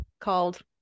called